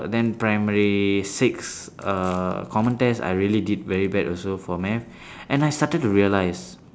then primary six uh common test I really did very bad also for math and I started to realise